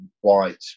white